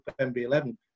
MB11